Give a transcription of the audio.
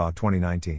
2019